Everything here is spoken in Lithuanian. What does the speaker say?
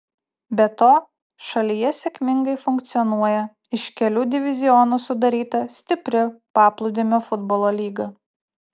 be to šalyje sėkmingai funkcionuoja iš kelių divizionų sudaryta stipri paplūdimio futbolo lyga